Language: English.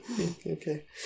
Okay